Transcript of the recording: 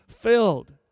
filled